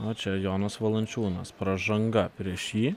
o čia jonas valančiūnas pražanga prieš jį